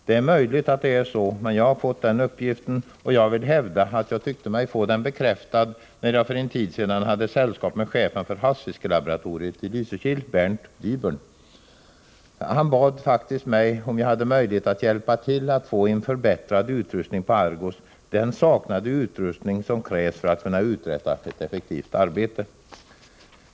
Det är möjligt att det är så, men jag har fått den uppgift jag lämnat i interpellationen, och jag tyckte mig få den bekräftad när jag för en tid sedan hade sällskap med chefen för havsfiskelaboratoriet i Lysekil, Bernt Dybern. Han bad faktiskt mig, om jag hade möjlighet, att hjälpa till att få en förbättrad utrustning på Argos, som saknar den utrustning som krävs för att kunna uträtta ett effektivt arbete.